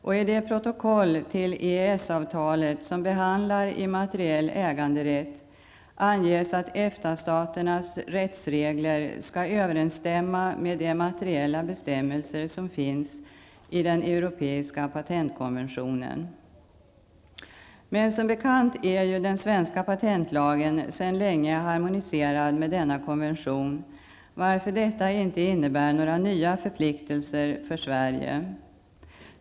Och i det protokoll till EES-avtalet som behandlar immateriell äganderätt anges att EFTA-staternas rättsregler skall överensstämma med de bestämmelser om immaterialrätten som finns i den europeiska patentkonventionen. Men som bekant är ju den svenska patentlagen sedan länge harmoniserad med denna konvention, varför detta inte innebär några nya förpliktelser för Sverige.